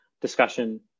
discussion